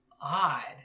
Odd